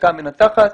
מחלקה מנתחת.